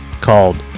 called